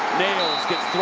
nails, gets